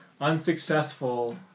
unsuccessful